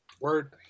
word